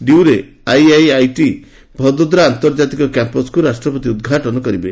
ଡିୟୁରେ IIIT Vadodara ଆନ୍ତର୍ଜାତିକ କ୍ୟାମ୍ପସ୍କୁ ରାଷ୍ଟ୍ରପତି ଉଦ୍ଘାଟନ କରିବେ